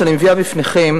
שאני מביאה בפניכם,